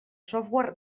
software